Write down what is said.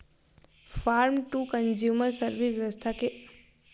farmer to consumer service व्यवस्था के अंतर्गत मध्यस्थ या बिचौलिए की आवश्यकता नहीं रह जाती है